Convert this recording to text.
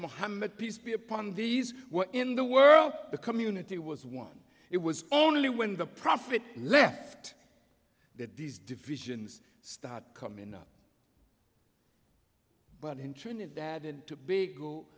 mohammed peace be upon these in the world the community was one it was only when the prophet left that these divisions start coming up but in trinidad and tobago